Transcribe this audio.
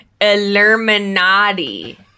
Illuminati